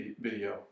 video